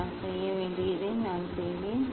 நான் செய்ய வேண்டியதை நான் செய்வேன்